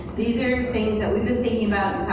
these are things that we've been thinking